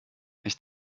ich